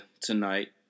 tonight